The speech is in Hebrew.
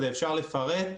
אפשר לפרט.